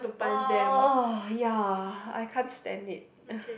!ugh! ya I can't stand it